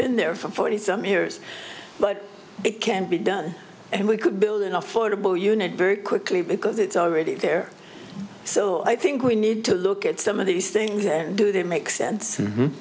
been there for forty some years but it can be done and we could build an affordable unit very quickly because it's already there so i think we need to look at some of these things and do they make sense